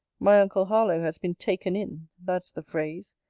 my uncle harlowe has been taken in, that's the phrase.